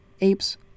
apes